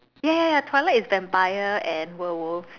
ya ya ya twilight is Vampire and werewolf